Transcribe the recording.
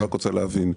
אני רק רוצה להבין,